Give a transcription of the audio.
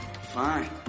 fine